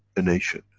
a nation,